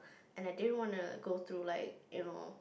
and I didn't wanna go through like you know